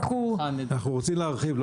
אנחנו רוצים להרחיב.